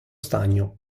stagno